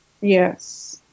Yes